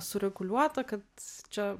sureguliuota kad čia